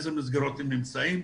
באיזה מסגרות הם נמצאים,